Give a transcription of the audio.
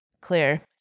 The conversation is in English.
clear